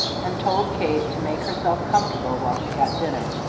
and told kate to make herself comfortable while he got dinner.